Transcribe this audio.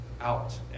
out